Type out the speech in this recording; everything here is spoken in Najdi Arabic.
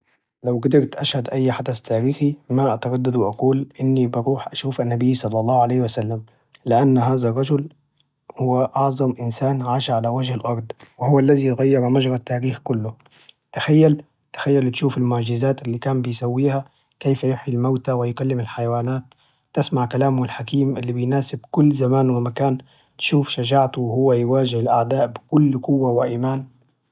لو قدرت أشهد أي حدث تاريخي ما أتردد وأقول: إني بروح أشوف النبي صلى الله عليه وسلم، لأن هذا الرجل هو أعظم إنسان عاش على وجه الأرض وهو الذي غير مجرى التاريخ كله، تخيل تخيل تشوف المعجزات إللي كان بيسويها، كيف يحيي الموتى ويكلم الحيوانات؟ تسمع كلامه الحكيم إللي بيناسب كل زمان ومكان، تشوف شجاعته هو يواجه الأعداء بكل قوة وإيمان.